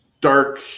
dark